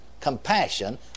compassion